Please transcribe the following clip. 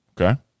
Okay